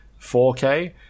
4k